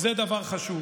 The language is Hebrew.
זה דבר חשוב.